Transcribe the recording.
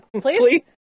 Please